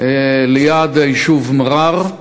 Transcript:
ליד היישוב מע'אר,